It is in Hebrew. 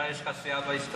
אתה, יש לך סיעה בהסתדרות.